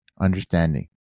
understanding